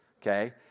okay